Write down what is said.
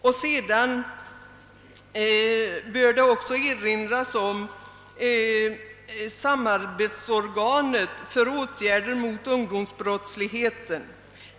Det bör också erinras om samarbetsorganet för åtgärder mot ungdomsbrottsligheten.